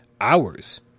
hours